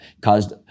caused